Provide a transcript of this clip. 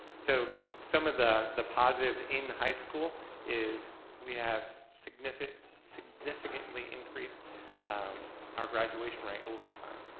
so some of the the positive in high school is we have significantly significantly increased our graduation rate over time,